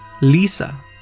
Lisa